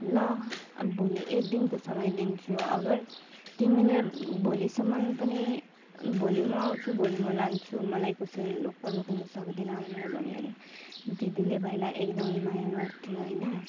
ल अब भोलि एकदिनको समय दिन्छु अगर तिमीले भोलिसम्म पनि भोलि म आउँछु भोलि म लान्छु मलाई कसैले रोक्न सक्दैन भनेर भन्यो अरे दिदीले भाइलाई एकदमै माया गर्थ्यो अरे होइन